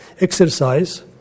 exercise